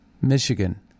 Michigan